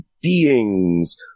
beings